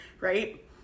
right